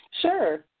Sure